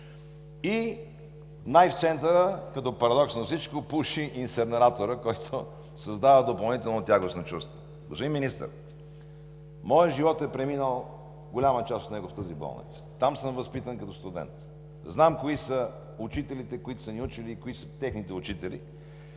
И най в центъра, като парадокс на всичко, пуши инсинераторът, който създава допълнително тягостно чувство. Господин Министър, моят живот е преминал – голяма част от него, в тази болница. Там съм възпитан като студент, знам кои са учителите, които са ни учили и кои са техните учители.